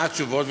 מה התשובות,